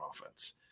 offense